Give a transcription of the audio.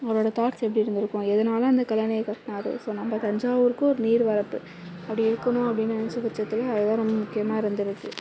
அவரோட தாட்ஸ் எப்படி இருந்திருக்கும் எதனால அந்த கல்லணையை கட்டினாரு ஸோ நம்ம தஞ்சாவூருக்கும் ஒரு நீர் வரத்து அப்படி இருக்கணும் அப்படி நெனைச்ச பட்சத்தில் அதுதான் ரொம்ப முக்கியமாக இருந்திருக்கு